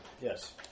Yes